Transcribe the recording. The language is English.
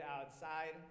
outside